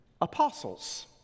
apostles